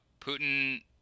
Putin